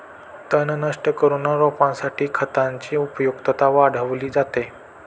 तण नष्ट करून रोपासाठी खतांची उपयुक्तता वाढवली जाते